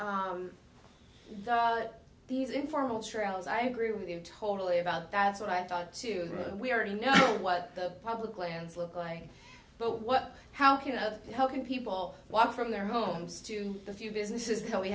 but these informal trails i agree with you totally about that's what i thought too we already know what the public lands look like but what how kind of helping people walk from their homes to the few business is how we